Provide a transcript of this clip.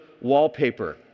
wallpaper